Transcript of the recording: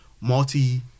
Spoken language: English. multi